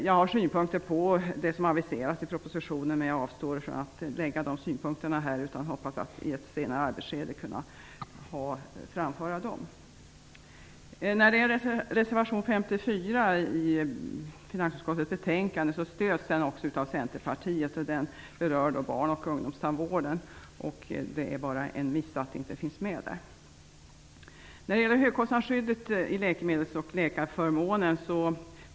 Jag har synpunkter på det som har aviserats i propositionen, men jag avstår från att framföra de synpunkterna här. Jag hoppas på att kunna göra det i ett senare skede i stället. Reservation nr 54 i finansutskottets betänkande stöds också av Centerpartiet. Den berör barn och ungdomstandvården. Det är bara en miss att det inte finns med i reservationen. kr.